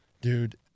dude